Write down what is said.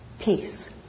peace